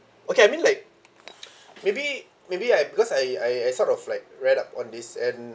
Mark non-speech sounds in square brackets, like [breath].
okay I mean like [breath] [noise] maybe maybe I because I I I sort of like read up on this and